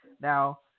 now